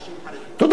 תודה רבה, שמעתי.